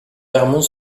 vermont